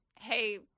Hey